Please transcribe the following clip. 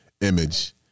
image